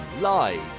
live